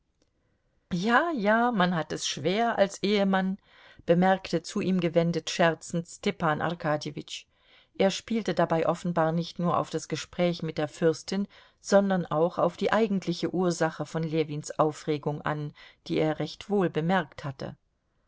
ja ja man hat es schwer als ehemann bemerkte zu ihm gewendet scherzend stepan arkadjewitsch er spielte dabei offenbar nicht nur auf das gespräch mit der fürstin sondern auch auf die eigentliche ursache von ljewins aufregung an die er recht wohl bemerkt hatte